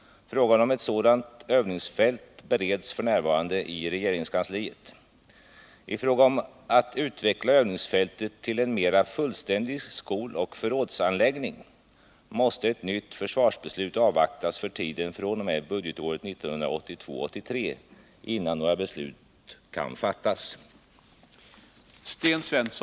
Frågan om ett sådant övningsfält bereds f.n. i regeringskansliet. I fråga om att utveckla övningsfältet till en mera fullständig skoloch förrådsanläggning måste ett nytt försvarsbeslut för tiden fr.o.m. budgetåret 1982/83 avvaktas innan några beslut kan fattas.